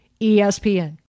ESPN